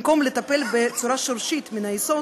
במקום לטפל בצורה שורשית, מן היסוד,